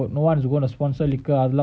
no one is going to sponsor liquor